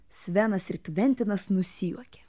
svenas ir kventinas nusijuokė